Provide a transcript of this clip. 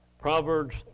Proverbs